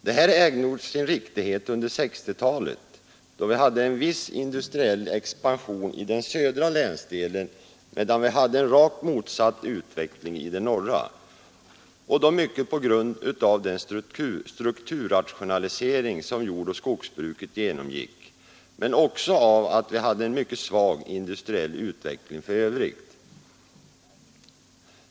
Det här ägde nog sin riktighet under 1960-talet, då vi hade en viss industriell expansion i den södra länsdelen och en rakt motsatt utveckling i den norra, mycket på grund av den strukturrationalisering som jordoch skogsbruket genomgick men också på grund av att vi hade en mycket svag industriell utveckling i övrigt.